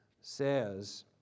says